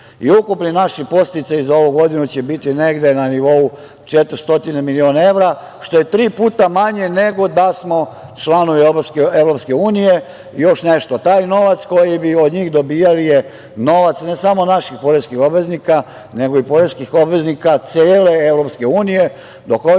i ukupni naši podsticaji za ovu godinu će biti negde na nivou 400 miliona evra, što je tri puta manje nego da smo članovi EU.Taj novac koji bi od njih dobijali je novac ne samo naših poreskih obveznika, nego i poreskih obveznika cele EU, dok ovih